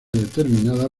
determinada